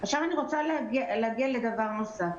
אני רוצה להגיע לדבר נוסף.